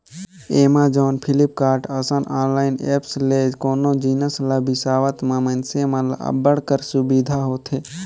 Amazon, Flipkart, असन online apps ले कोनो जिनिस ल बिसावत म मइनसे मन ल अब्बड़ कर सुबिधा होथे